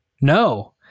No